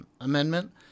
amendment